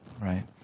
right